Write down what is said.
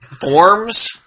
forms